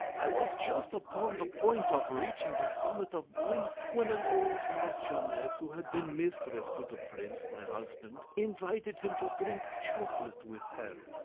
i was just upon the point of reaching the summit of bliss, when an old marchioness who had been mistress to the prince, my husband, invited him to drink chocolate with her.